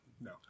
no